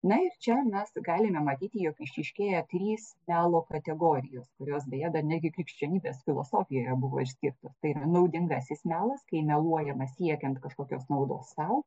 na ir čia mes galime matyti jog išryškėja trys melo kategorijos kurios beje dar netgi krikščionybės filosofijoje buvo išskirta tai yra naudingasis melas kai meluojama siekiant kažkokios naudos sau